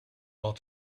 while